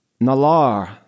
Nalar